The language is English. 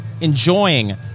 enjoying